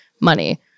money